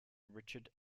richard